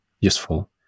useful